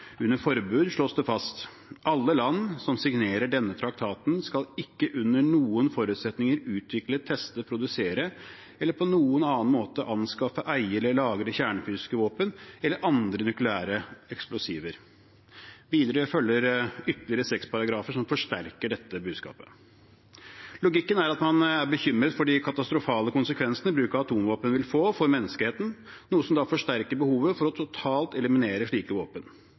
under «forbud», slås det fast: Alle land som signerer denne traktaten, skal ikke under noen omstendigheter utvikle, teste, produsere eller på noen annen måte anskaffe, eie eller lagre kjernefysiske våpen eller andre nukleære eksplosiver. Videre følger ytterligere seks paragrafer som forsterker dette budskapet. Logikken er at man er bekymret for de katastrofale konsekvensene bruk av atomvåpen vil få for menneskeheten, noe som da forsterker behovet for å eliminere slike våpen